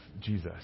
Jesus